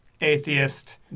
atheist